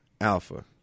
Alpha